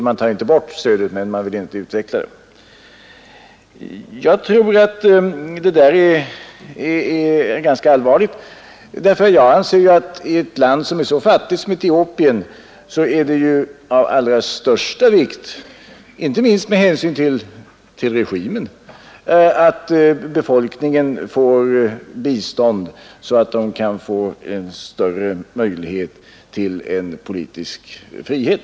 Man tar inte bort stödet, men man vill inte utveckla det. Jag tror att det där är ganska allvarligt. Jag anser att i ett land som är så fattigt som Etiopien är det av allra största vikt, att befolkningen får bistånd så att den kan få större möjlighet till politisk frihet.